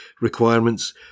requirements